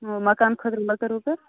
مَکان خٲطرٕ لٔکٕر ؤکٕر